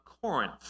Corinth